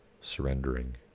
surrendering